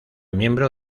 miembro